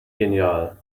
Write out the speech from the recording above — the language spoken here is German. genial